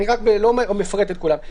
אני לא מפרט את כולם.